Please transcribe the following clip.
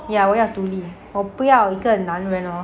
ya 我要独立我不要我不要男人 lor